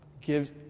gives